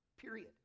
period